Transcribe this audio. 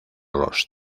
los